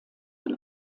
dem